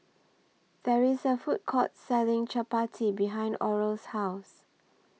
There IS A Food Court Selling Chappati behind Oral's House